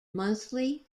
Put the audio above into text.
monthly